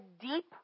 deep